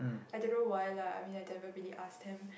I don't know why lah I mean I never really ask him